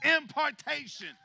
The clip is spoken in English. impartation